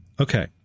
Okay